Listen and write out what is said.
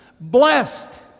Blessed